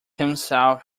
himself